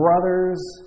brothers